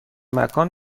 مکان